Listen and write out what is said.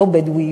לא בדואי,